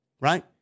right